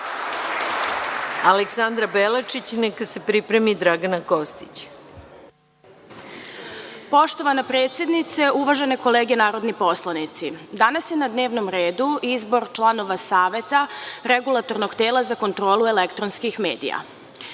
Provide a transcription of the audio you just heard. Aleksandra Belačić. Neka se pripremi Dragana Kostić. **Aleksandra Belačić** Poštovana predsednice, uvažene kolege narodni poslanici, danas je na dnevnom redu izbor članova Saveta regulatornog tela za kontrolu elektronskih medija. Dobili